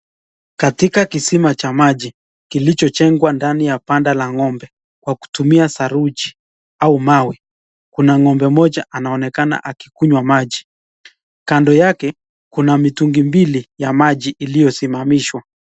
Katika kisima cha maji kilichojengwa ndani ya banda la ng'ombe kwa kutumia saruji au mawe. Kuna ng'ombe mmoja anaonekana akikunywa maji kando yake kuna mitungi mbili ya maji iliyosimamishwa.